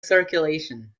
circulation